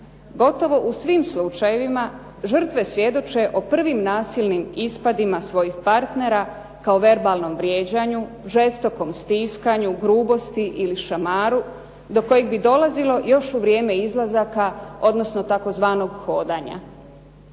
Gotovo u svim slučajevima žrtve svjedoče o prvim nasilnim ispadima svojih partnera kao verbalnom vrijeđanju, žestokom stiskanju, grubosti ili šamaru do kojeg bi dolazilo još u vrijeme izlazaka, odnosno tzv. hodanja.